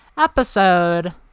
episode